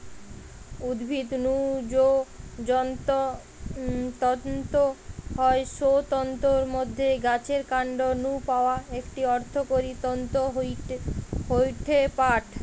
উদ্ভিদ নু যৌ তন্তু হয় সৌ তন্তুর মধ্যে গাছের কান্ড নু পাওয়া একটি অর্থকরী তন্তু হয়ঠে পাট